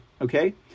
Okay